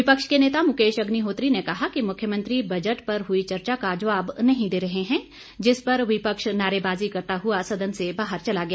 विपक्ष के नेता मुकेश अग्निहोत्री ने कहा कि मुख्यमंत्री बजट पर हुई चर्चा का जवाब नहीं दे रहे हैं जिस पर विपक्ष नारेवाजी करता हुआ सदन से वाहर चला गया